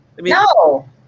No